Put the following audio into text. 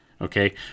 Okay